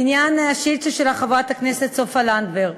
בעניין השאילתה שלך, חברת הכנסת סופה לנדבר: